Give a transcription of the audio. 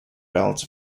balance